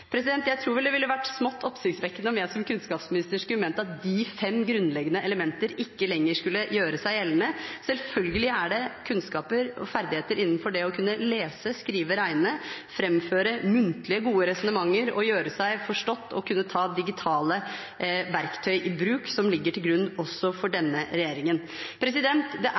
Jeg tror vel det ville ha vært smått oppsiktsvekkende om jeg som kunnskapsminister skulle ha ment at de fem grunnleggende elementene ikke lenger skulle gjøre seg gjeldende. Selvfølgelig er det kunnskaper og ferdigheter innenfor det å kunne lese, skrive, regne, framføre muntlig gode resonnementer og gjøre seg forstått og kunne ta digitale verktøy i bruk som ligger til grunn også for denne regjeringen. Det er ikke målene det står på, det er